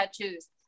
tattoos